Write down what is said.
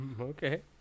Okay